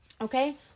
okay